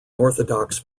orthodox